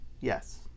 Yes